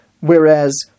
whereas